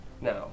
Now